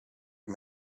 you